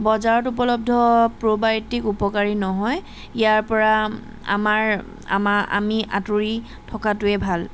বজাৰত উপলব্ধ প্ৰ'বায়'টিক উপকাৰী নহয় ইয়াৰ পৰা আমাৰ আমা আমি আঁতৰি থকাটোৱে ভাল